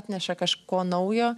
atneša kažko naujo